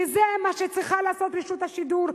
כי זה מה שצריכה לעשות רשות השידור,